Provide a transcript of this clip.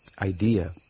Idea